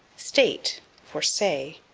state for say.